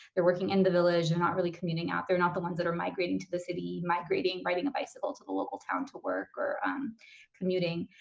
they're working in the village, they're not really commuting out. they're not the ones that are migrating to the city, migrating, riding a bicycle to the local town to work or um commuting.